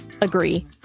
agree